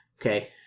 Okay